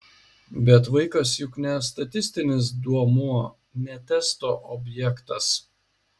bet vaikas juk ne statistinis duomuo ne testo objektas